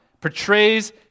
portrays